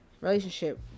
relationship